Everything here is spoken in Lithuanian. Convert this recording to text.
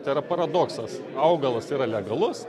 tai yra paradoksas augalas yra legalus